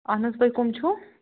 N حظ تُہۍ کم چھو